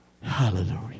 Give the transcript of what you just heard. Hallelujah